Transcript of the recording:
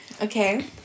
Okay